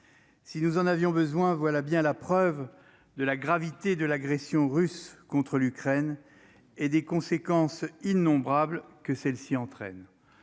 si nous en avions besoin, voilà bien la preuve de la gravité de l'agression russe contre l'Ukraine et des conséquences innombrables que celle-ci entraîne